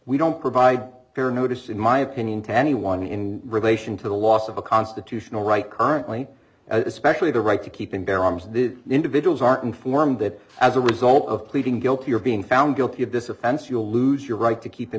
we don't provide your notice in my opinion to anyone in relation to the loss of a constitutional right currently as specially the right to keep and bear arms the individuals are informed that as a result of pleading guilty or being found guilty of this offense you'll lose your right to keep